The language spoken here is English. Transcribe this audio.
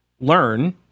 learn